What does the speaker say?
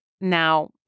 Now